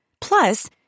Plus